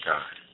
God